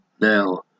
now